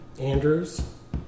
Andrews